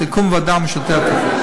תקום ועדה משותפת.